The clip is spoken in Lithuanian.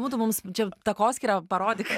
būtų mums čia takoskyrą parodyk